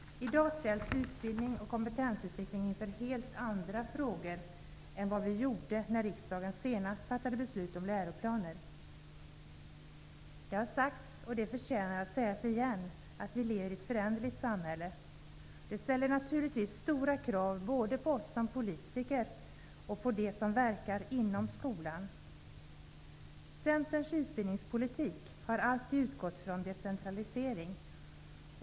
I dag ställs utbildning och kompetensutveckling inför helt andra frågor än när riksdagen senast fattade beslut om läroplaner. Det har sagts, och det förtjänar att sägas igen, att vi lever i ett föränderligt samhälle. Det ställer naturligtvis stora krav, både på oss som politiker och på dem som verkar inom skolan. Centerns utbildningspolitik har alltid utgått ifrån decentralisering.